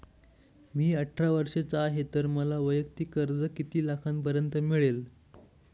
मी अठरा वर्षांचा आहे तर मला वैयक्तिक कर्ज किती लाखांपर्यंत मिळेल?